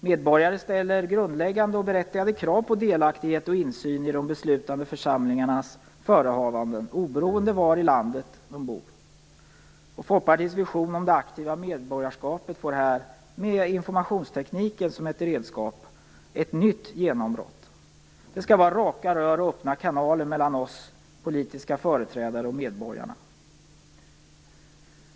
Medborgaren ställer grundläggande och berättigade krav på delaktighet och insyn i de beslutande församlingarnas förehavanden, oberoende av var i landet man bor. Folkpartiets vision om det aktiva medborgarskapet får här, med informationstekniken som ett redskap, ett nytt genombrott. Det skall vara raka rör och öppna kanaler mellan oss politiska företrädare och medborgarna.